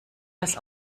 das